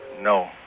No